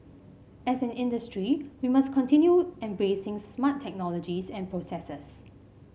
as an industry we must continue embracing smart technologies and processes